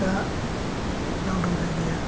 दा लान्दां जायगाया